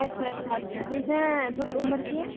अच्छा अच्छा तुसें थुहाड़ी उमर केह् ऐ